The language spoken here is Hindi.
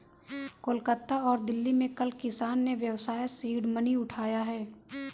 कोलकाता और दिल्ली में कल किसान ने व्यवसाय सीड मनी उठाया है